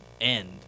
end